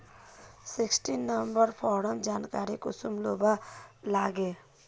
Sixteen number farmer जानकारी कुंसम लुबा लागे?